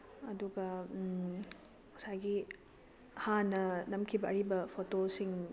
ꯑꯗꯨꯒ ꯉꯁꯥꯏꯒꯤ ꯍꯥꯟꯅ ꯅꯝꯈꯤꯕ ꯑꯔꯤꯕ ꯐꯣꯇꯣꯁꯤꯡ